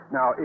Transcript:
Now